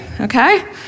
Okay